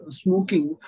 smoking